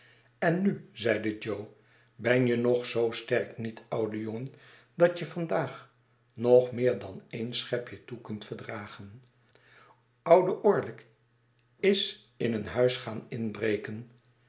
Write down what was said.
en nu zeide jo ben je nog zoo sterk niet oudejongen dat j e vandaag nog meer dan een schepj e toe kunt verdragen oude odick is in een huis gaan inbreken